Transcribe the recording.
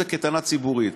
זו קייטנה ציבורית,